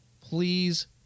please